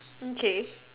okay